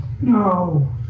No